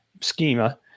schema